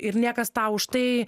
ir niekas tau už tai